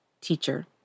teacher